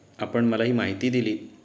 आपण मला ही माहिती दिली